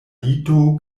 lito